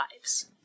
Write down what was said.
lives